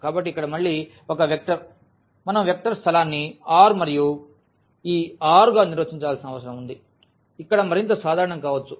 కాబట్టి ఇక్కడ మళ్ళీ ఒక వెక్టర్ మనం వెక్టర్ స్థలాన్ని R మరియు ఈ R గా నిర్వచించాల్సిన అవసరం ఉంది ఇక్కడ మరింత సాధారణం కావచ్చు